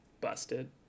busted